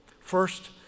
First